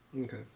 Okay